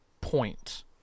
point